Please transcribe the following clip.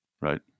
Right